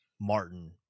Martin